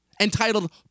entitled